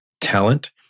talent